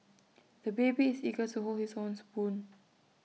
the baby is eager to hold his own spoon